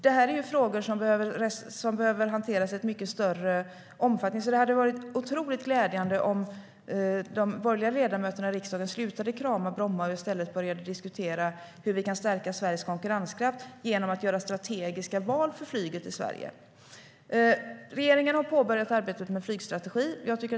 Det är frågor som behöver hanteras i större omfattning. Därför hade det varit glädjande om de borgerliga ledamöterna i riksdagen slutade krama Bromma och i stället började diskutera hur vi kan stärka Sveriges konkurrenskraft genom att göra strategiska val för flyget i Sverige. Regeringen har påbörjat arbetet med en flygstrategi.